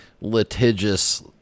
litigious